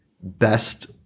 best